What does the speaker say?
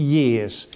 years